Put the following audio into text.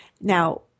Now